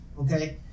Okay